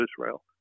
Israel